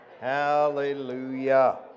Hallelujah